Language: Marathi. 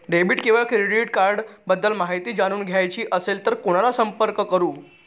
डेबिट किंवा क्रेडिट कार्ड्स बद्दल माहिती जाणून घ्यायची असेल तर कोणाला संपर्क करु?